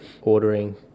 ordering